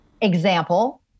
Example